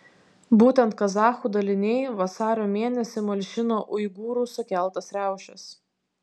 būtent kazachų daliniai vasario mėnesį malšino uigūrų sukeltas riaušes